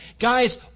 Guys